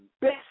best